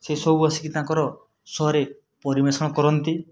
ସେ ସବୁ ବସିକି ତାଙ୍କର ଶୋରେ ପରିବେଷଣ କରନ୍ତି